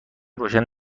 روشن